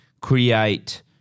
create